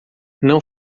não